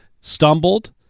Stumbled